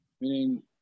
Meaning